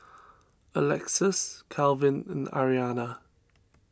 Alexus Calvin and Aryanna